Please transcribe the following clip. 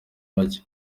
make